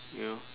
you know